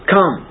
Come